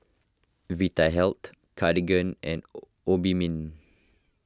Vitahealth Cartigain and Obimin